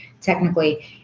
technically